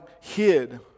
hid